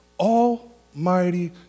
Almighty